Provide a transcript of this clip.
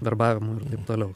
verbavimui ir taip toliau